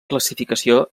classificació